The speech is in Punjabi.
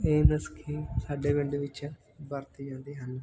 ਇਹ ਨੁਸਖੇ ਸਾਡੇ ਪਿੰਡ ਵਿੱਚ ਵਰਤੇ ਜਾਂਦੇ ਹਨ